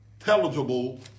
intelligible